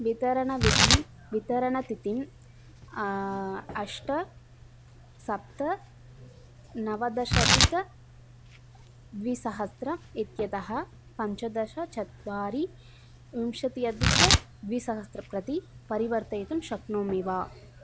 वितरणतिथिं वितरणतिथिम् अष्ट सप्त नवदशाधिकद्विसहस्रम् इत्यतः पञ्चदश चत्वारि विंशत्यधिकद्विसहस्रं प्रति परिवर्तयितुं शक्नोमि वा